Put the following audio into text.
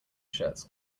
shirts